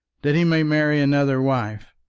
that he may marry another wife.